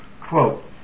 Quote